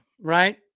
right